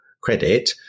credit